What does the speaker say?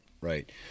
right